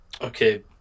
Okay